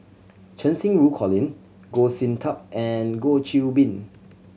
Cheng Xinru Colin Goh Sin Tub and Goh Qiu Bin